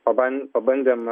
paban pabandėm